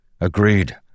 Agreed